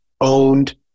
owned